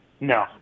No